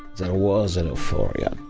there was and a euphoria,